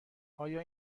آیا